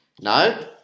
No